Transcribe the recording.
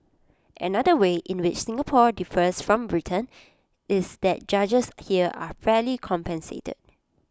another way in which Singapore differs from Britain is that judges here are fairly compensated